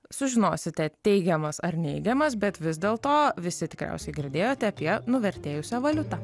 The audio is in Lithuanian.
sužinosite teigiamas ar neigiamas bet vis dėl to visi tikriausiai girdėjote apie nuvertėjusią valiutą